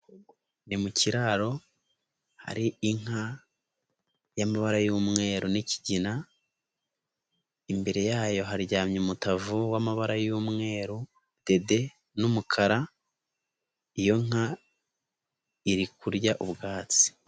Ni mu kiraro hari inka y'amabara y'umweru n'ikigina, imbere yayo haryamye umutavu w'amabara y'umweru dede n'umukara, iyo nka iri kurya ubwatsi.